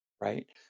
right